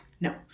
No